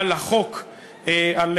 על חוק המעבר,